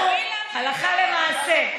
אנחנו, הלכה למעשה.